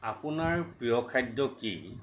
আপোনাৰ প্ৰিয় খাদ্য কি